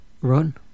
Run